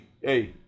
hey